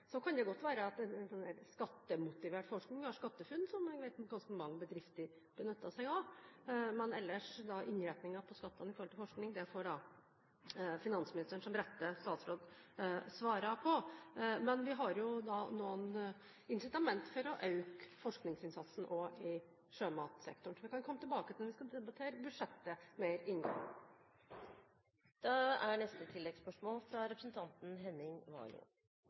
Så kan det godt være at det er skattemotivert forskning – vi har SkatteFUNN-ordningen, som ganske mange bedrifter benytter seg av. Men ellers når det gjelder innrettingen av skatt i forhold til forskning, får finansministeren som rette statsråd svare på det. Men vi har noen incitamenter for å øke forskningsinnsatsen også i sjømatsektoren. Det kan vi komme tilbake til når vi skal debattere budsjettet mer